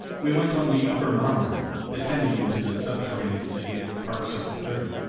we went on the upper monorail, descending into the subterranean city at park circle thirty.